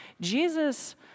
Jesus